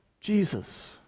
Jesus